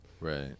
Right